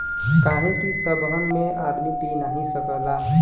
काहे कि सबहन में आदमी पी नाही सकला